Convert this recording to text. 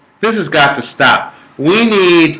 this has got to stop we need